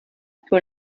que